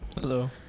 Hello